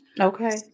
Okay